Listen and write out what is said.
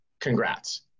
congrats